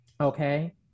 Okay